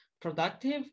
productive